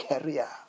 career